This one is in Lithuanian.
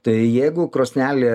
tai jeigu krosnelė